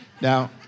Now